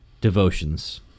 devotions